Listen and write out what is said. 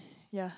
ya